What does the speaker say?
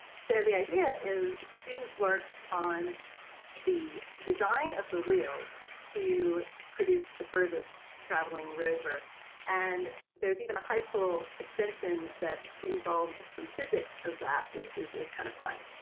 so the idea is students work on the design of the wheels to produce the furthest traveling rover and there's even a high school extension that involves some physics of that which is is kind of fun.